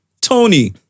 Tony